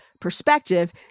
perspective